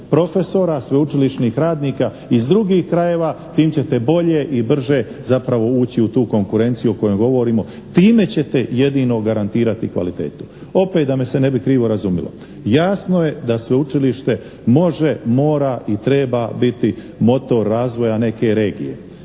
profesora, sveučilišnih radnika iz drugih krajeva, tim ćete bolje i brže zapravo ući u tu konkurenciju o kojoj govorimo, time ćete jedino garantirati kvalitetu. Opet da me se ne bi krivo razumjelo. Jasno je da sveučilište može, mora i treba biti motor razvoja neke regije